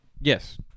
Yes